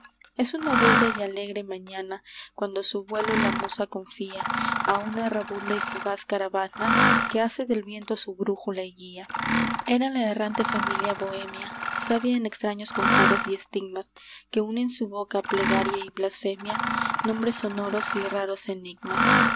es una bella y alegre mañana cuando su vuelo la musa confía a una errabunda y fugaz caravana que hace del viento su brújula y guía era la errante familia bohemia sabia en extraños conjuros y estigmas que une en su boca plegaria y blasfemia nombres sonoros y raros enigmas